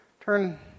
Turn